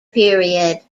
period